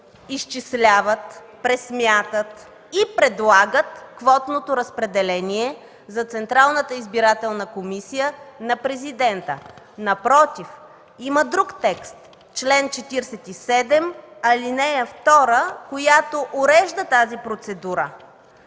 изчисляват, пресмятат и предлагат квотното разпределение за Централната избирателна комисия на президента. Напротив. Има друг текст – чл. 47, ал. 2, която урежда тази процедура.